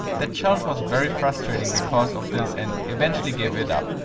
that challenge was very frustrating because of this and eventually gave it up.